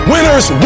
Winners